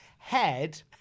Head